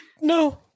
No